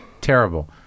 Terrible